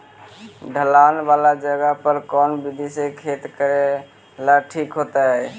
ढलान वाला जगह पर कौन विधी से खेती करेला ठिक होतइ?